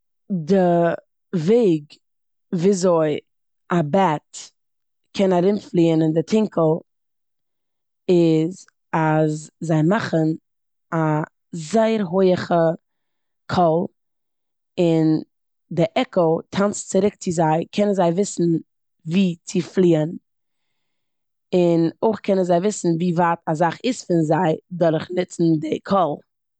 די וועג וויאזוי א בעט קען ארומפליען אין די טונקל איז אז זיי מאכן א זייער הויכע קול און די עקא טאנצט צירוק צו זיי קענען זיי וויסן ווי צו פליען און אויך קענען זיי וויסן ווי ווייט א זאך איז פון זיי דורך נוצן די קול.